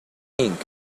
inc